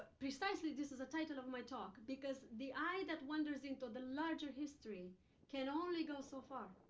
precisely this is the title of my talk. because the eye that wanders into the larger history can only go so far.